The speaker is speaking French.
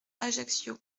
ajaccio